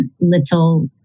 little